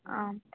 आम्